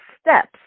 steps